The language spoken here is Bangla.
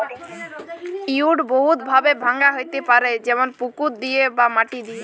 উইড বহুত ভাবে ভাঙা হ্যতে পারে যেমল পুকুর দিয়ে বা মাটি দিয়ে